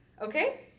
Okay